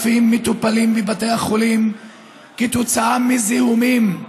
מטופלים בבתי החולים כתוצאה מזיהומים.